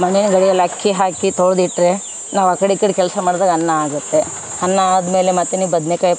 ಮನೆ ಗಡಿಗೆಯಲ್ಲಿ ಅಕ್ಕಿ ಹಾಕಿ ತೊಳೆದು ಇಟ್ಟರೆ ನಾವು ಆ ಕಡೆ ಈ ಕಡೆ ಕೆಲಸ ಮಾಡಿದಾಗ ಅನ್ನ ಆಗುತ್ತೆ ಅನ್ನ ಆದಮೇಲೆ ಮತ್ತು ನೀವು ಬದನೇಕಾಯಿ